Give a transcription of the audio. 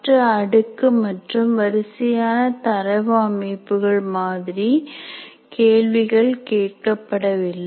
மற்ற அடுக்கு மற்றும் வரிசையான தரவு அமைப்புகள் மாதிரி கேள்விகள் கேட்கப்படவில்லை